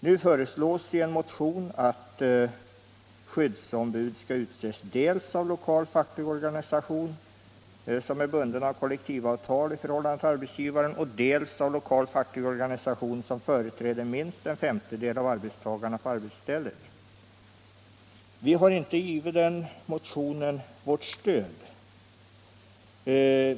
Nu föreslås i en motion att skyddsombud skall utses dels av Jokal facklig organisation som är bunden av kollektivavtal i förhållande till arbetsgivare, dels av lokal facklig organisation som företräder minst cn femtedel av arbetstagarna på arbetsstället. Vi har inte givit den motionen vårt stöd.